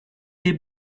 des